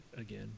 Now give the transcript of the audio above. again